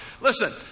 Listen